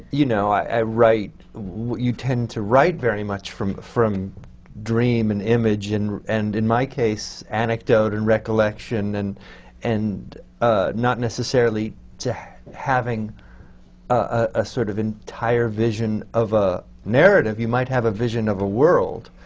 you know, i write you tend to write very much from from dream and image. and and in my case, anecdote and recollection, and and not necessarily having a sort of entire vision of a narrative. you might have a vision of a world,